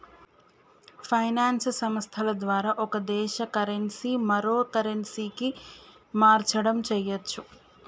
finance సంస్థల ద్వారా ఒక దేశ కరెన్సీ మరో కరెన్సీకి మార్చడం చెయ్యచ్చు